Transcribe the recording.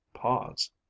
pause